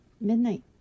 midnight